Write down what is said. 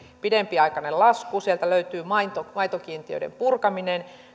pidempiaikainen lasku sieltä löytyy maitokiintiöiden purkaminen